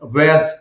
red